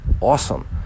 awesome